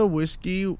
Whiskey